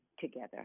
together